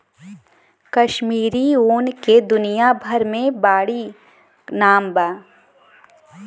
कश्मीरी ऊन के दुनिया भर मे बाड़ी नाम बा